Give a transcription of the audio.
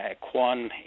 Kwan